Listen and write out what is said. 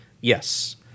Yes